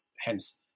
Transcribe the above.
Hence